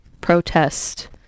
protest